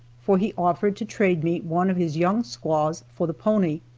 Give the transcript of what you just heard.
for he offered to trade me one of his young squaws for the pony.